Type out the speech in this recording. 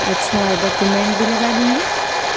اچھا ڈاکومینٹ بھی لگا دوں گی